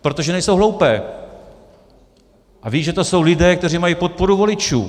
Protože nejsou hloupé a vědí, že to jsou lidé, kteří mají podporu voličů.